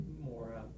more